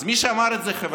אז מי שאמר את זה, חבריי,